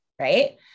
right